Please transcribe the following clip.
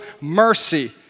mercy